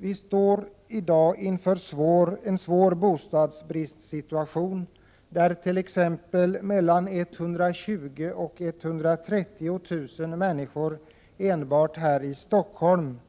Vi står i dag inför en svår bostadsbristsituation, där t.ex. mellan 120 000 och 130 000 människor enbart här i Stockholm